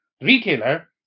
retailer